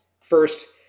First